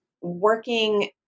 working